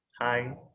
Hi